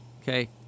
Okay